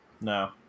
No